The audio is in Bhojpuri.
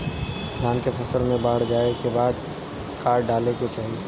धान के फ़सल मे बाढ़ जाऐं के बाद का डाले के चाही?